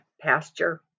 pasture